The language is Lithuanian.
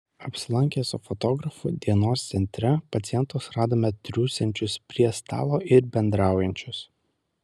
apsilankę su fotografu dienos centre pacientus radome triūsiančius prie stalo ir bendraujančius